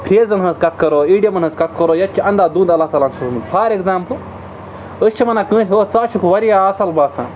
فرٛیزَن ہٕنٛز کَتھ کَرو اِیٖڈیمن ہٕنٛز کَتھ کَرو یَتھ چھِ اَنٛدا دُھنٛد اللہ تعالیٰ ہَن سوٗزمُت فار ایٚگزامپُل أسۍ چھِ وَنان کٲنٛسہِ ہو ژٕ ہا چھُکھ واریاہ اَصٕل باسان